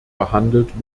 behandelt